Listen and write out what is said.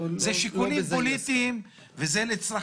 החובה שלנו הייתה לפרסם באתר התזכירים את הצעות החוק